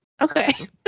Okay